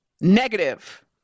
Negative